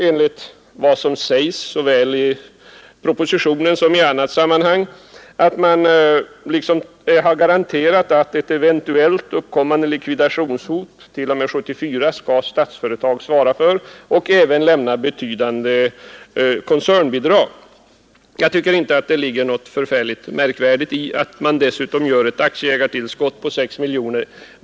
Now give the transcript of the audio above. Enligt vad som sägs såväl i propositionen som i annat sammanhang har man garanterat att ett eventuellt uppkommande likvidationshot skall Statsföretag svara för t.o.m. 1974 och även lämna betydande koncernbidrag. Jag tycker inte att det ligger något förfärligt märkvärdigt i att man dessutom lämnar ett aktieägartillskott på 6 miljoner.